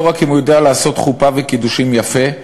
רק אם הוא יודע לעשות חופה וקידושין יפה,